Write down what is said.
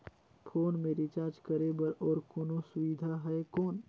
Phone मे recharge करे बर और कोनो सुविधा है कौन?